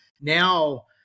now